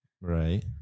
right